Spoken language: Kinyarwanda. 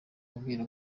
abwira